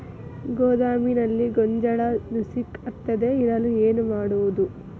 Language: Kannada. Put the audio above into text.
ಗೋದಾಮಿನಲ್ಲಿ ಗೋಂಜಾಳ ನುಸಿ ಹತ್ತದೇ ಇರಲು ಏನು ಮಾಡುವುದು?